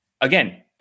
again